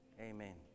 Amen